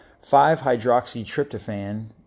5-hydroxytryptophan